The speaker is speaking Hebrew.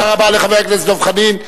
תודה רבה לחבר הכנסת דב חנין.